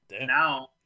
now